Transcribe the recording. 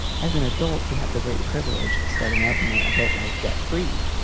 as an adult who had the great privilege of starting out in my adult life debt free.